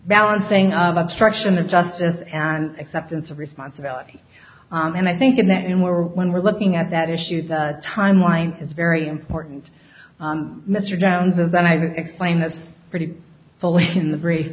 balancing of obstruction of justice and acceptance of responsibility and i think that and more when we're looking at that issue the timeline is very important mr jones and i explained this pretty fully